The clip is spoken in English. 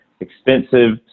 expensive